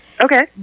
Okay